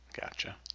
Gotcha